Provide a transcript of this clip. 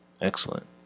Excellent